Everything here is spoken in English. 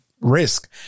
risk